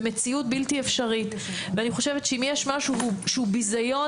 במציאות בלתי אפשרית ואני חושבת שאם יש משהו שהוא ביזיון